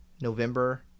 November